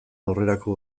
aurrerako